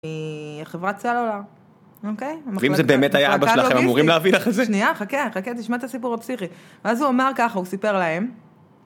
חברת סלולר, אוקיי? ואם זה באמת היה אבא שלך, הם אמורים להביא לך את זה. שנייה, חכה, חכה, תשמע את הסיפור הפסיכי. ואז הוא אמר ככה, הוא סיפר להם.